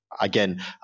Again